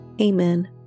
Amen